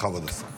בכבוד, השר.